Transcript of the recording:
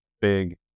big